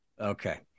Okay